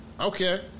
Okay